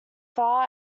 far